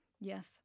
Yes